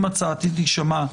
אם הצעתי תישמע,